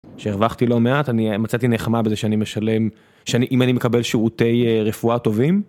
שהרווחתי לא מעט, אני מצאתי נחמה בזה שאני משלם, אם אני מקבל שירותי רפואה טובים.